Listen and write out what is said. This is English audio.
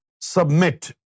submit